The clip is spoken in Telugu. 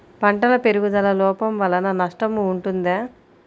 పంటల పెరుగుదల లోపం వలన నష్టము ఉంటుందా?